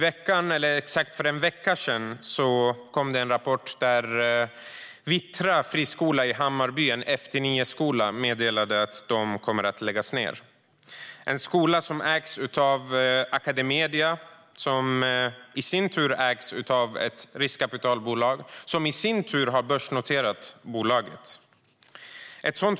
För exakt en vecka sedan meddelade friskolan Vittra Sjöstaden, en F-9-skola i Hammarby Sjöstad, att skolan läggs ned. Det är en skola som ägs av Academedia, som i sin tur ägs av ett riskkapitalbolag, som i sin tur har börsnoterat bolaget.